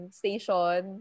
station